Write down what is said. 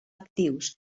actius